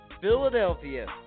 Philadelphia